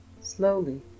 Slowly